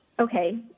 okay